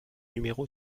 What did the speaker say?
numéro